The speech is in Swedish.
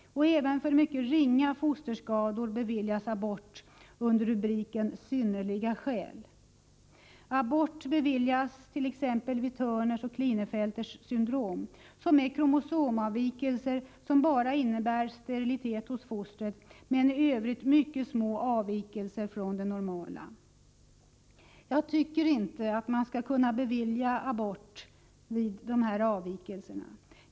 Även för mycket ringa fosterskador beviljas abort under rubriken Synnerliga skäl. Abort beviljas t.ex. vid Turners och Klinefelters syndrom, som är kromosomavvikelser som bara innebär sterilitet hos fostret men i övrigt mycket små avvikelser från det normala. Jag tycker inte att man skall kunna bevilja abort vid dessa avvikelser.